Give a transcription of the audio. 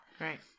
Right